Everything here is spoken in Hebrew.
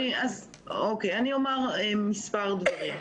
אז אני אומר מספר דברים.